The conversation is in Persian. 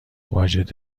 واجد